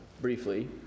briefly